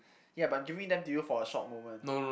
ya but I'm giving them to you for a short moment